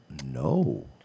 No